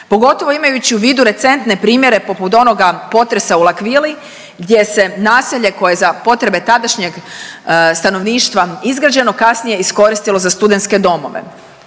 pogotovo imajući u vidu recentne primjere poput onoga potresa u L'Aquili gdje se naselje koje za potrebe tadašnjeg stanovništva izgrađeno, kasnije iskoristilo za studentske domove.